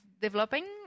developing